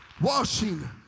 Washing